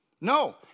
No